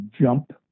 jump